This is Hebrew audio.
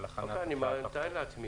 אני מתאר לעצמי,